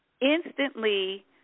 instantly